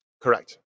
Correct